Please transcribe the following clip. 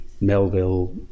Melville